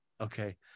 Okay